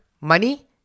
money